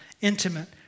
intimate